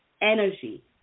energy